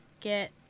get